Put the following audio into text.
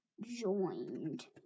joined